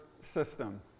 system